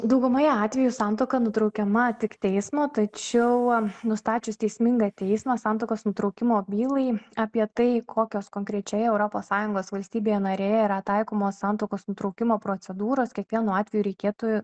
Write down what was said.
daugumoje atvejų santuoka nutraukiama tik teismo tačiau nustačius teismingą teismas santuokos nutraukimo bylai apie tai kokios konkrečiai europos sąjungos valstybėje narėje yra taikomos santuokos nutraukimo procedūros kiekvienu atveju reikėtų